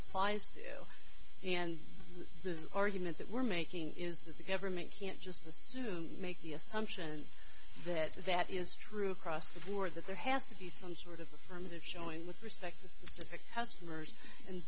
applies to and the argument that we're making is that the government can't just assume make the assumption that that is true across the board that there has to be some sort of affirmative join with respect to